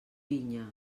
vinya